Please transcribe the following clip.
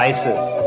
Isis